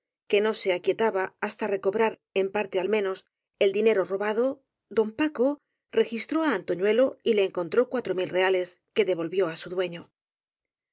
que no se aquietaba hasta íecobrar en parte al menos el dinero robado don paco registró á antoñuelo y le encontró rea les que devolvió á su dueño